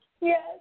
Yes